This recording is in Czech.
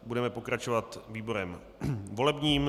Budeme pokračovat výborem volebním.